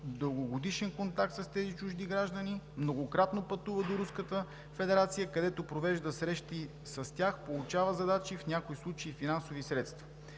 дългогодишен контакт с тези чужди граждани, многократно пътува до Руската федерация, където провежда срещи с тях, получава задачи, а в някои случаи и финансови средства.